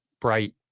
Bright